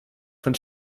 von